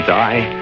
die